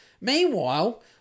Meanwhile